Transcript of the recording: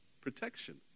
protection